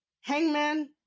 Hangman